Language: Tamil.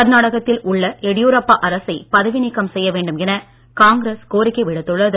கர்நாடகத்தில் உள்ள எடியூரப்பா அரசை பதவி நீக்கம் செய்ய வேண்டும் என காங்கிரஸ் கோரிக்கை விடுத்துள்ளது